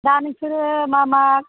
दा नोंसोरो मा मा